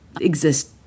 exist